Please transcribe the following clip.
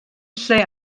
lle